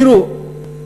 תראו,